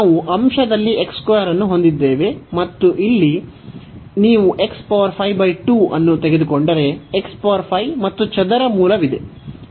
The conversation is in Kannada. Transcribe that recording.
ನಾವು ಅಂಶದಲ್ಲಿ ಅನ್ನು ಹೊಂದಿದ್ದೇವೆ ಮತ್ತು ಇಲ್ಲಿ ನೀವು 2 ಅನ್ನು ತೆಗೆದುಕೊಂಡರೆ ಮತ್ತು ಚದರ ಮೂಲವಿದೆ